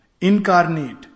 Incarnate